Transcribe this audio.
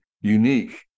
unique